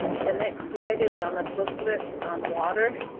the next slide is on the booklet on water.